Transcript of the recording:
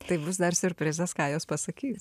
tai bus dar siurprizas ką jos pasakys